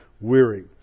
weary